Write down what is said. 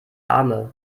arme